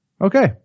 Okay